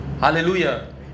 Hallelujah